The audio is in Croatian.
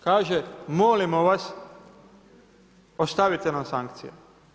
Kaže molimo vas, ostavite nam sankcije.